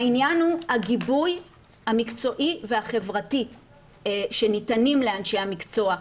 העניין הוא הגיבוי המקצועי והחברתי שניתנים לאנשי המקצוע,